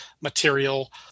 material